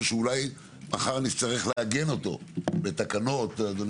שאולי אחר-כך נצטרך לעגן אותו בתקנות או בחקיקה,